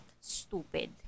stupid